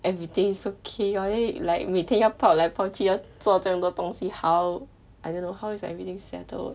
everything is so chaotic like 每天要跑来跑去要做这样多东西 how I don't know how is everything settled